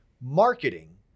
Marketing